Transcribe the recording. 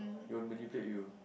he will manipulate you